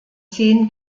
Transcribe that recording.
zehn